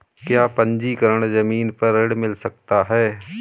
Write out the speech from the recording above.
क्या पंजीकरण ज़मीन पर ऋण मिल सकता है?